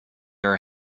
her